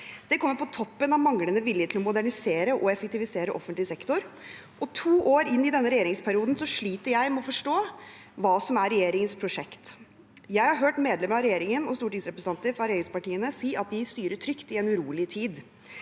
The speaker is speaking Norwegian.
Det kommer på toppen av manglende vilje til å modernisere og effektivisere offentlig sektor. To år inne i denne regjeringsperioden sliter jeg med å forstå hva som er regjeringens prosjekt. Jeg har hørt medlemmer av regjeringen og stortingsrepresentanter fra regjeringspartiene si at de styrer trygt i en urolig tid.